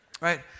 right